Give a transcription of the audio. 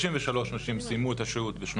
33 נשים סיימו את השהות.